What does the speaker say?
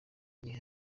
igihe